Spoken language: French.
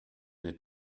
n’est